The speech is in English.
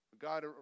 God